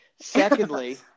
Secondly